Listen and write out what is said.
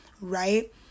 right